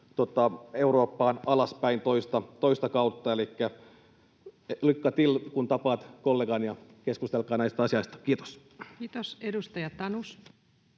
Eurooppaan alaspäin toista kautta. Lycka till, kun tapaat kollegan, ja keskustelkaa näistä asioista. — Kiitos. Kiitos. — Edustaja Tanus.